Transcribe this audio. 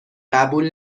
قبول